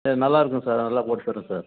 நல்லாயிருக்கும் சார் நல்லா போட்டு தருவேன் சார்